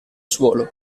suolo